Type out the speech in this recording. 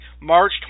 March